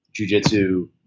jujitsu